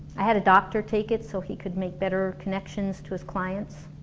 i had a doctor take it so he could make better connections to his clients